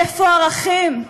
איפה ערכים?